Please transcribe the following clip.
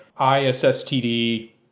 isstd